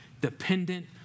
dependent